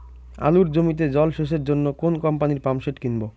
আলুর জমিতে জল সেচের জন্য কোন কোম্পানির পাম্পসেট কিনব?